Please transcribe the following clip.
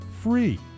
free